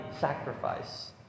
sacrifice